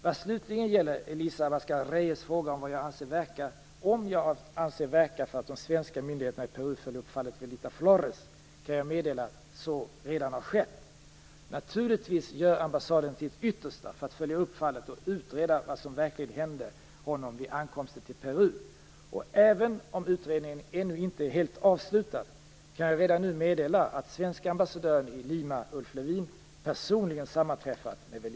Vad slutligen gäller Elisa Abascal Reyes fråga om jag avser verka för att svenska myndigheter i Peru följer upp fallet Velita Flores kan jag meddela att så redan har skett. Naturligtvis gör ambassaden sitt yttersta för att följa upp fallet och utreda vad som verkligen hände honom vid ankomsten till Peru. Även om utredningen ännu inte är helt avslutad kan jag redan nu meddela kammaren att svenska ambassadören i